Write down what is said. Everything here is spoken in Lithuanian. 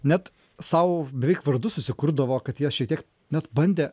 net sau beveik vardus susikurdavo kad jie šiek tiek net bandė